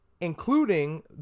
Including